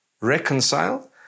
reconcile